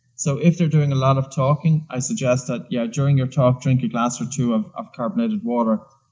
so if they're doing a lot of talking i suggest that, yeah, during your talk drink a glass or two of of carbonate water.